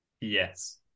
Yes